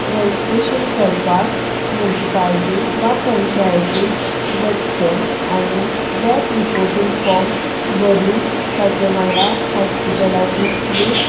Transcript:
registration करपाक municipality वा पंचायतीक वचचें आनी डॅथ रिपोर्टींग फॉम भरून ताचे वांगडा हॉस्पिटलाची स्लीप